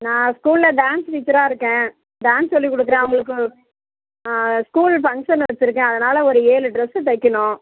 நான் ஸ்கூலில் டான்ஸ் டீச்சராக இருக்கேன் டான்ஸ் சொல்லிக் கொடுக்குறேன் அவங்களுக்கு ஸ்கூல் ஃபங்க்ஷன் வச்சுருக்கேன் அதனால் ஒரு ஏழு டிரெஸ்ஸு தைக்கணும்